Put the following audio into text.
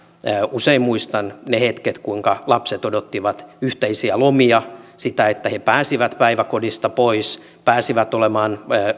muistan ne hetket kuinka lapset odottivat yhteisiä lomia sitä että he pääsivät päiväkodista pois pääsivät olemaan